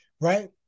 Right